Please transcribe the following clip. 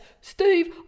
Steve